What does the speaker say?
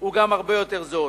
הוא הרבה יותר זול.